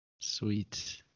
Sweet